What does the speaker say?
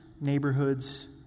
neighborhood's